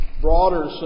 broader